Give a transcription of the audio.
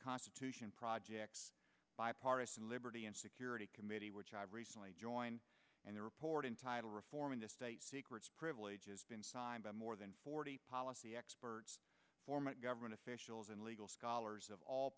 constitution project's bipartisan liberty and security committee which i recently joined and the report entitled reform in the state secrets privilege is been signed by more than forty policy experts former government officials and legal scholars of all